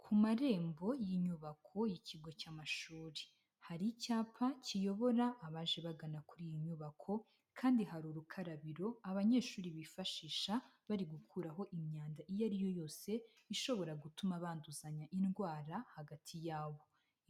Ku marembo y'inyubako y'ikigo cy'amashuri, hari icyapa kiyobora abaje bagana kuri iyi nyubako kandi hari urukarabiro abanyeshuri bifashisha bari gukuraho imyanda iyo ari yo yose ishobora gutuma banduzanya indwara hagati yabo.